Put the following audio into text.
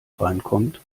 reinkommt